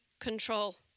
control